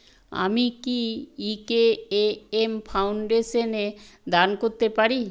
আমি কি ইকেএএম ফাউন্ডেশনে দান করতে পারি